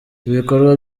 ibikorwa